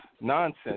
nonsense